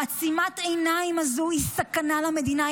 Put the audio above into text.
עצימת העיניים הזו היא סכנה למדינה.